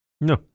No